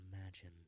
imagine